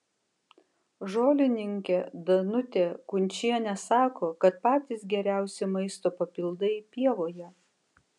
žolininkė danutė kunčienė sako kad patys geriausi maisto papildai pievoje